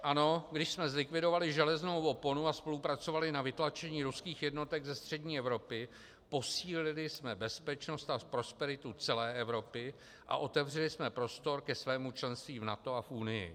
Ano, když jsme zlikvidovali železnou oponu a spolupracovali na vytlačení ruských jednotek ze střední Evropy, posílili jsme bezpečnost a prosperitu celé Evropy a otevřeli jsme prostor ke svému členství v NATO a v Unii.